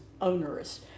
onerous